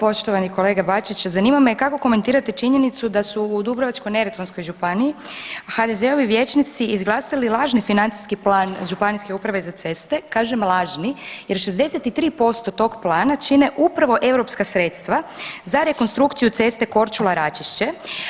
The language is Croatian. Evo poštovani kolega Bačić, zanima me kako komentirate činjenicu da su u Dubrovačko-neretvanskoj županiji HDZ-ovi vijećnici izglasali lažni financijski plan Županijske uprave za ceste, kažem lažni jer 63% tog plana čine upravo europska sredstva za rekonstrukciju ceste Korčula-Račišće.